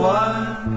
one